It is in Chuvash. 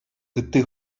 ытти